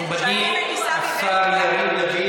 מכובדי השר יריב לוין,